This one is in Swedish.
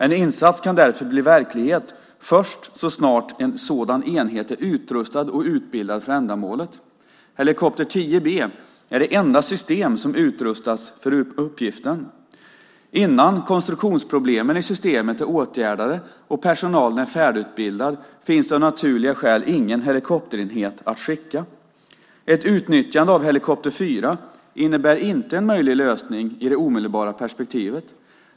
En insats kan därför bli verklighet först så snart en sådan enhet är utrustad och utbildad för ändamålet. Helikopter 10 B är det enda system som har utrustats för uppgiften. Innan konstruktionsproblemen i systemet är åtgärdade och personalen är färdigutbildad finns det av naturliga skäl ingen helikopterenhet att skicka. Ett utnyttjande av helikopter 4 innebär inte en möjlig lösning i det omedelbara perspektivet.